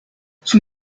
son